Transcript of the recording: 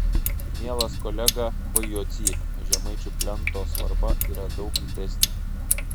mielas kolega v jocy žemaičių plento svarba yra daug didesnė